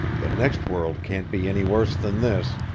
the next world can't be any worse than this.